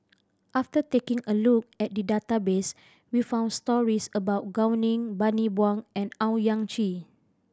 after taking a look at the database we found stories about Gao Ning Bani Buang and Owyang Chi